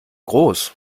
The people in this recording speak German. groß